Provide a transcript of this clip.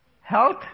Health